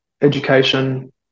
education